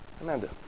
Amanda